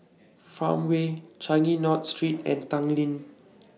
Farmway Changi North Street and Tanglin